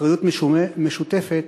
אחריות משותפת